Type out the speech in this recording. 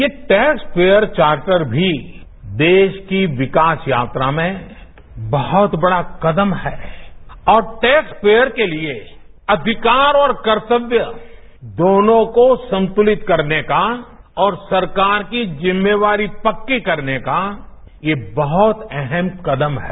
ये tax payer charter भी देश की विकास यात्रा में बहुत बड़ा कदम है और टैक्स पेयर के लिए अधिकार और कर्तव्य दोनों को संतुलित करने का और सरकार की जिम्मेवारी पक्की करने का ये बहुत अहम कदम है